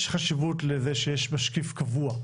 יש חשיבות לזה שיש משקיף קבוע,